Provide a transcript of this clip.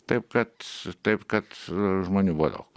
taip kad taip kad žmonių buvo daug